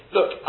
Look